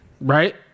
right